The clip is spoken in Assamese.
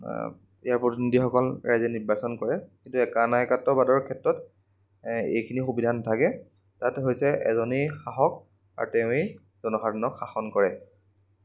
ইয়াৰ প্ৰতিনিধিসকল ৰাইজে নিৰ্বাচন কৰে কিন্তু একনায়কত্ববাদৰ ক্ষেত্ৰত এইখিনি সুবিধা নাথাকে তাত হৈছে এজনেই শাসক আৰু তেওঁৱেই জনসাধাৰণক শাসন কৰে